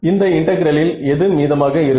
இந்த இன்டெகிரலில் எது மீதமாக இருக்கும்